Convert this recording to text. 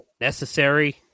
necessary